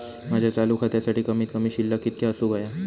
माझ्या चालू खात्यासाठी कमित कमी शिल्लक कितक्या असूक होया?